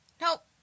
Nope